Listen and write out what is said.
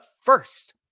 first